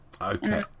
Okay